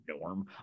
Norm